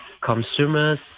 consumers